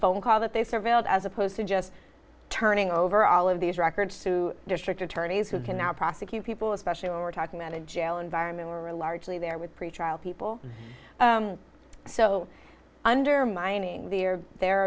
phone call that they surveilled as opposed to just turning over all of these records to district attorneys who can now prosecute people especially when we're talking about a jail environment were largely there with pretrial people so undermining the or their